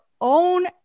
own